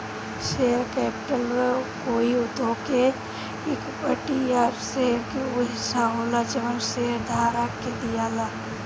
share capital कोई उद्योग के इक्विटी या शेयर के उ हिस्सा होला जवन शेयरधारक के दियाला